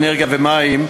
האנרגיה והמים,